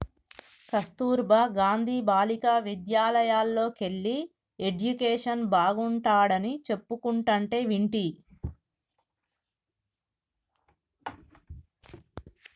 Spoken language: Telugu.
కస్తుర్బా గాంధీ బాలికా విద్యాలయల్లోకెల్లి ఎడ్యుకేషన్ బాగుంటాడని చెప్పుకుంటంటే వింటి